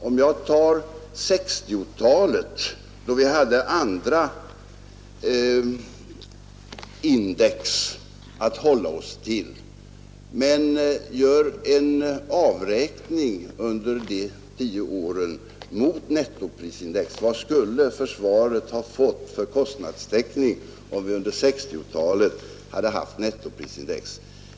Om jag tar 1960-talet, då vi hade andra index att hålla oss till, och gör en avräkning mot nettoprisindex under de åren, vad skulle jag då finna att försvaret fått för kostnadstäckning, om vi under 1960-talet hade haft nettoprisindex?